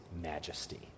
majesty